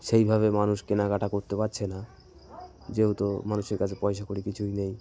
সেইভাবে মানুষ কেনাকাটা করতে পাচ্ছে না যেহেতু মানুষের কাছে পয়সা কড়ি কিছুই নেই